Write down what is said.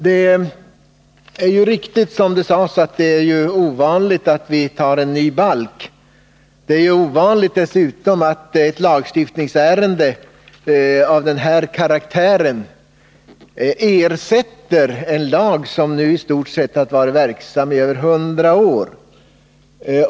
Det är ju riktigt som det sades, att det är ovanligt att vi antar en ny lagbalk. Det är dessutom ovanligt att en lagstiftning av denna karaktär ersätter en lag som nu i stort sett gällt i över 100 år.